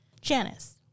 Janice